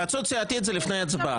התייעצות סיעתית זה לפני הצבעה.